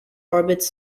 orbits